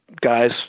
guys